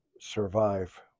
survive